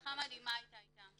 הצלחה מדהימה הייתה איתם.